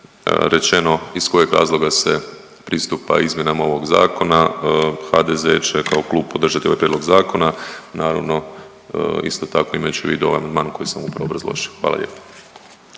rečeno iz kojeg razloga se pristupa izmjenama ovog zakona HDZ će kao klub podržati ovaj prijedlog zakona naravno isto tako imajući u vidu ovaj amandman koji sam upravo obrazložio. Hvala lijepo.